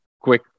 quick